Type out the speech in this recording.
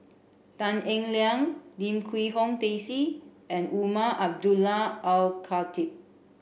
Tan Eng Liang Lim Quee Hong Daisy and Umar Abdullah Al Khatib